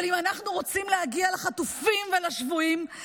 אבל אם אנחנו רוצים להגיע לחטופים ולשבויים,